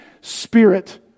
spirit